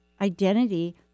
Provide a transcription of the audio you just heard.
identity